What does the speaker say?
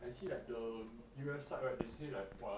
I see like the U_S side right they say like what ah